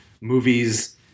movies